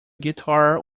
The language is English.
guitar